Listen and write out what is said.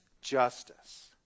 justice